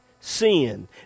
sin